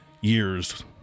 years